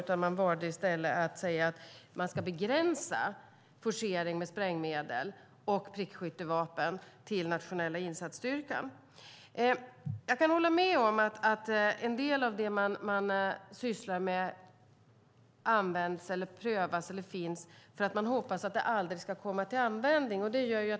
Man valde i stället att säga att man ska begränsa forcering med sprängmedel och prickskyttevapen till Nationella insatsstyrkan. Jag kan hålla med om att en del av det man sysslar med används, prövas eller finns för att man ska hoppas att det aldrig ska komma till användning.